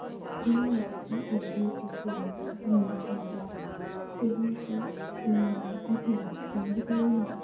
चित्रं लिखितुम् अध्येतव्यम् इति मनसि आगतम् एवं च एकदा बेङ्गलूरुनगरे